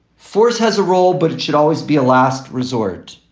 force has a role, but it should always be a last resort.